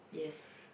yes